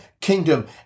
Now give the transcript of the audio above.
kingdom